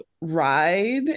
ride